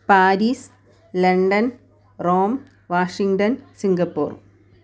Paris London Rome Washington Singapore